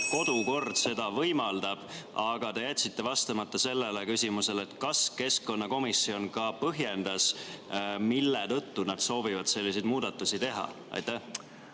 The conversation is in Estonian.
kodukord seda võimaldab, aga te jätsite vastamata sellele küsimusele, kas keskkonnakomisjon ka põhjendas, mille tõttu nad soovivad selliseid muudatusi teha. Aitäh,